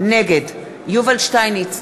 נגד יובל שטייניץ,